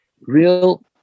real